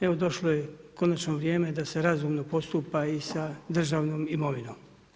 Evo, došlo je konačno vrijeme, da se razumno postupa i sa državnom imovinom.